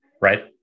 right